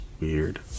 weird